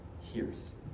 hears